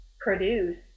produce